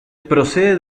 procede